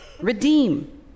Redeem